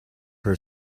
her